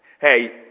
Hey